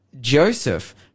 Joseph